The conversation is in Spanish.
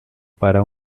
para